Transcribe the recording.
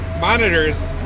monitors